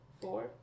four